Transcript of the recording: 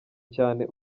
cyane